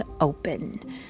open